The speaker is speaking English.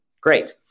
Great